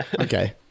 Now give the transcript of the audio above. Okay